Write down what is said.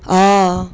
orh